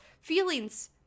feelings